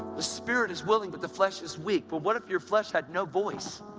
the spirit is willing, but the flesh is weak. but what if your flesh had no voice?